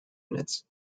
units